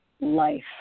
life